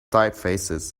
typefaces